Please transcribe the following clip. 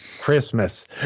Christmas